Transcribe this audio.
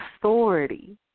authority